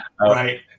Right